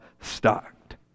stocked